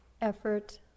effort